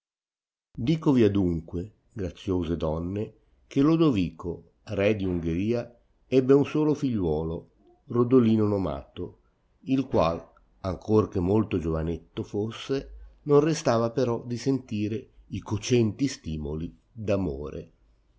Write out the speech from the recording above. conoscere dicovi adunque graziose donne che lodovico re di ungheria ebbe un solo figliuolo rodolino nomato il qual ancor che molto giovanetto fosse non restava però di sentire i cocenti stimoli d